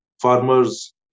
farmers